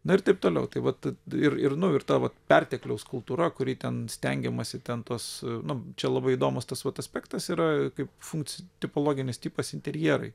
na ir taip toliau tai vat ir ir nu ir ta vat pertekliaus kultūra kuri ten stengiamasi ten tos nu čia labai įdomus tas vat aspektas yra kaip funkcijų tipologinis tipas interjerai